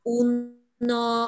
uno